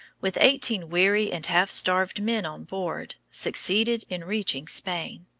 with eighteen weary and half-starved men on board, succeeded in reaching spain.